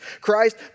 Christ